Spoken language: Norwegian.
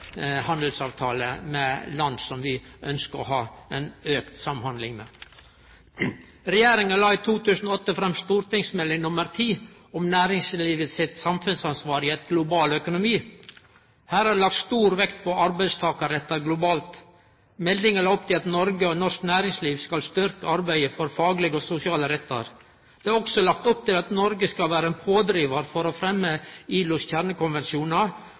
med land som vi ønskjer å ha auka samhandling med. Regjeringa la i 2008 fram St.meld. nr. 10 for 2008–2009 om næringslivets samfunnsansvar i ein global økonomi. Her er det lagt stor vekt på arbeidstakarrettar globalt. Meldinga la opp til at Noreg og norsk næringsliv skal styrkje arbeidet for faglege og sosiale rettar. Det er også lagt opp til at Noreg skal vere ein pådrivar for å fremje ILOs kjernekonvensjonar